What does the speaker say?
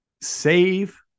save